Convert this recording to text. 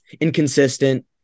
inconsistent